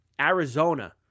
Arizona